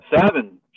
seven